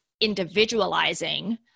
individualizing